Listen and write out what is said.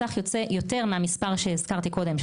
הסך יוצא יותר מהמספר שהזכרתי קודם,